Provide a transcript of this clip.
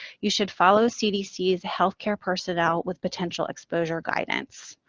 you should follow cdc's healthcare personnel with potential exposure guidance,